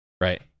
Right